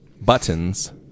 buttons